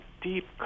deep